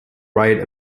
write